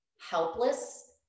helpless